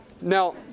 Now